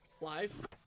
Live